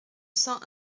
cent